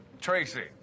Tracy